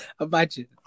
Imagine